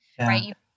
right